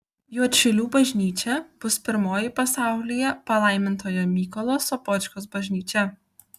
juodšilių bažnyčia bus pirmoji pasaulyje palaimintojo mykolo sopočkos bažnyčia